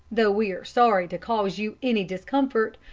though we are sorry to cause you any discomfort,